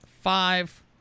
five